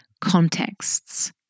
contexts